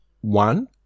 one